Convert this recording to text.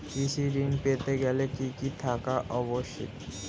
কৃষি ঋণ পেতে গেলে কি কি থাকা আবশ্যক?